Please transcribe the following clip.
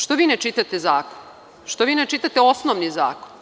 Što vi ne čitate zakon, što ne čitate osnovni zakon?